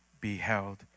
beheld